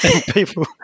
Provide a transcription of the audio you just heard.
people